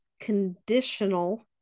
conditional